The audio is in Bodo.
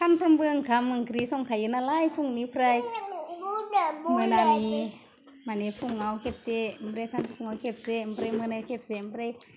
सानफ्रोमबो ओंखाम ओंख्रि संखायो नालाय फुंनिफ्राय मोनानि माने फुङाव खेबसे ओमफ्राय सानसे फुङाव खेबसे ओमफ्राय मोनायाव खेबसे ओमफ्राय